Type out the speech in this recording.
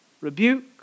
rebuke